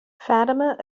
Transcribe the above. fatima